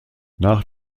nach